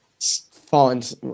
find